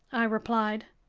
i replied,